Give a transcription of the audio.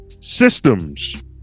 systems